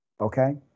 okay